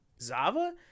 Zava